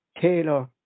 Taylor